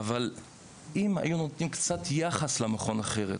אבל אם היו נותנים קצת יחסית למכון אחרת,